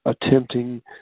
attempting